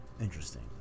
Interesting